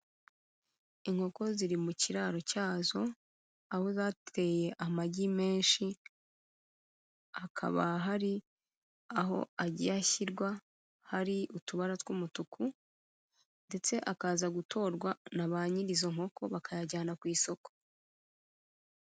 Inkoko ziri mu kiraro cyazo, aho zateye amagi menshi, hakaba hari aho agiye ashyirwa, hari utubara tw'umutuku, ndetse akaza gutorwa na ba nyiri izo nkoko bakayajyana ku isoko.